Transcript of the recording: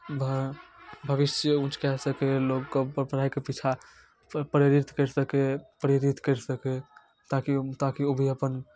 घ भविष्य ऊँच कए सकय लोककेँ अपन पढ़ाइके पीछा प्रेरित करि सकय प्रेरित करि सकय ताकि ताकि ओ भी अपन